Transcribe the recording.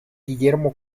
guillermo